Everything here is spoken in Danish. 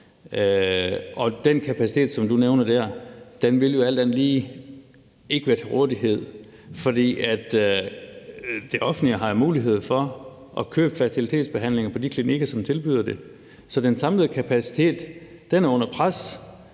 Den kapacitet, som du nævner der, vil jo alt andet lige ikke være til rådighed, for det offentlige har jo mulighed for at købe fertilitetsbehandlinger på de klinikker, som tilbyder det. Så den samlede kapacitet er under pres,